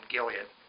Gilead